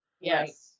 yes